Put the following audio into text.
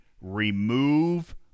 remove